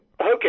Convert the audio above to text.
Okay